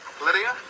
Lydia